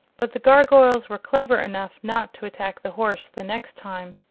but the gargoyles were clever enough not to attack the horse the next time.